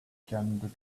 can